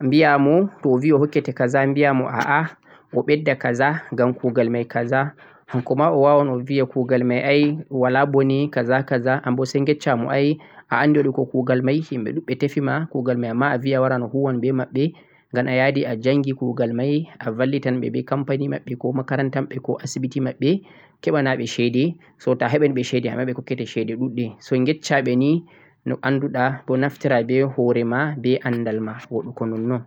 bhiyamo to'o vi o hokkete kaza bhiya m a'a o beddo kaza gham kugal mai kaza hanko ma o wawan oviya kugal mai ai wala boneh kaza kaza anbo sai yeccha mo a andi wadugo kugal mai himbe duudbeh tefima kugal mai amma avi awarna a huwan beh mabbe ghma a jangi kugal mai a vallitan beh kampani mabbe ko makaranta mabbe ko asibiti mabbe hebana beh chede so to'a hei ni beh chede so to'a hebi ni beh chede amma beh hokkete chede duudbeh so yeccha beh ni beh ni no andu da boh naftira beh horema beh andal ma wudugo nonnon